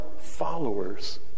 followers